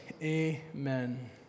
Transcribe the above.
Amen